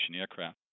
aircraft